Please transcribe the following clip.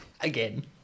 Again